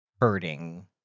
hurting